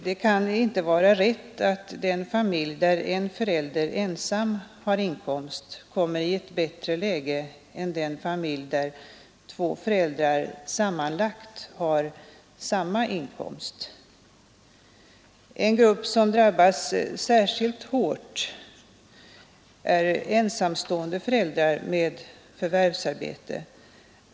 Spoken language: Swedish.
Det kan inte vara rätt att den familj där en förälder ensam har inkomst kommer i ett bättre läge än den familj där två föräldrar sammanlagt har samma inkomst. En grupp som drabbas särskilt hårt är ensamstående föräldrar med förvärvsarbete.